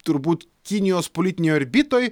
turbūt kinijos politinėj orbitoj